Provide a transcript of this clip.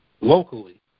locally